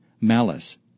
malice